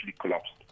collapsed